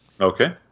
Okay